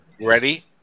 Ready